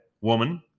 Woman